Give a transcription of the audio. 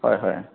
হয় হয়